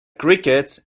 crickets